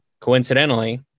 Coincidentally